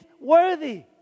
worthy